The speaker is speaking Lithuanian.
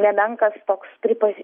nemenkas toks pripaži